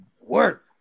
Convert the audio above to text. work